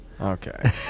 okay